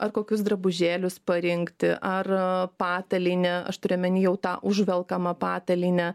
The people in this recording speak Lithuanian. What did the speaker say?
ar kokius drabužėlius parinkti ar patalynę aš turiu omeny jau tą užvelkamą patalynę